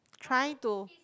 trying to